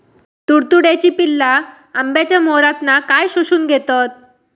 तुडतुड्याची पिल्ला आंब्याच्या मोहरातना काय शोशून घेतत?